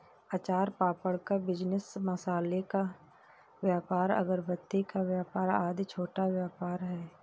अचार पापड़ का बिजनेस, मसालों का व्यापार, अगरबत्ती का व्यापार आदि छोटा व्यापार है